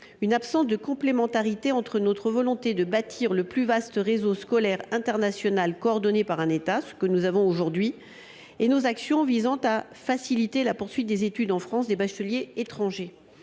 l’absence de complémentarité entre notre volonté de bâtir le plus vaste réseau scolaire international coordonné par l’État, ce que nous avons aujourd’hui, et nos actions visant à faciliter la poursuite des études en France des bacheliers étrangers.